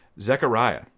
Zechariah